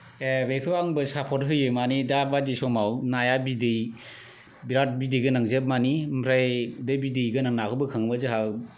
ए बेखौ आंबो सापर्त होयो माने दाबादि समाव नाया बिदै बेराद बिदै गोनांजोब माने ओमफ्राय बे बिदै गोनां नाखौ बोखांबा जोंहा